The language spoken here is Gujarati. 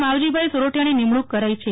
માવજીભાઇ સોરઠિયાની નિમણૂક કરાઇ છે